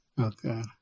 Okay